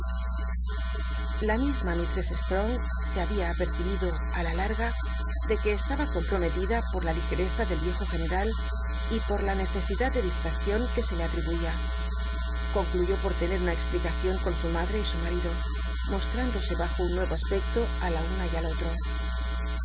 la misma mistress strong se babia apercibido á la larga de que estaba comprometida por la ligereza del viajo general y por la necesidad de distraccion que se le atribuía concluyó por tenet e y su marido mos una explicacion con su madre y su marido mostrándose bajo un nuevo aspecto á la una y al otro